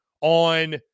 on